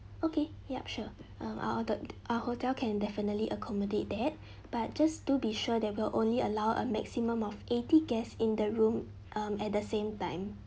okay yup sure um our tel~ our hotel can definitely accommodate that but just to be sure that we'll only allow a maximum of eighty guests in the room um at the same time